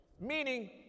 Meaning